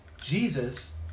Jesus